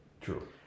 True